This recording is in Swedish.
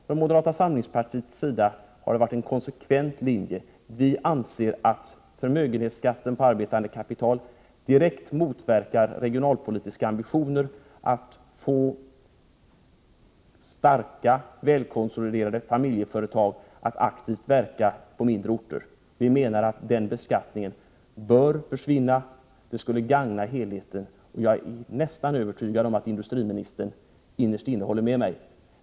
Från moderata samlingspartiets sida har det varit en konsekvent linje: Vi anser att förmögenhetsskatten på arbetande kapital direkt motverkar regionalpolitiska ambitioner, bl.a. strävan att få starka, väl konsoliderade familjeföretag att aktivt verka på mindre orter. Vi menar att denna beskattning bör försvinna. Det skulle gagna helheten. Jag är nästan övertygad om att industriministern, innerst inne, håller med mig.